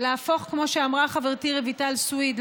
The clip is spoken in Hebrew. כמו שאמרה חברתי רויטל סויד,